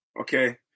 Okay